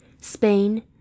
Spain